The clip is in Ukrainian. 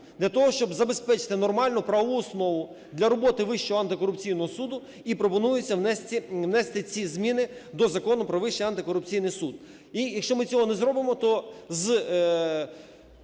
для того, щоб забезпечити нормальну правову основу для роботи Вищого антикорупційного суду і пропонується внести ці зміни до Закону "Про Вищий антикорупційний суд". І якщо ми цього не зробимо, то з